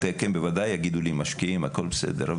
בוודאי יגידו לי שמשקיעים והכול בסדר,